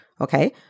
okay